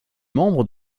membres